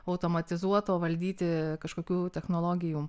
automatizuoto valdyti kažkokių technologijų